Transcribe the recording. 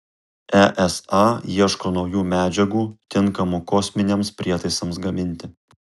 esa ieško naujų medžiagų tinkamų kosminiams prietaisams gaminti